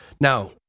Now